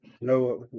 No